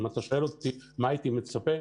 אם אתה שואל אותי מה הייתי מצפה,